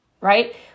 Right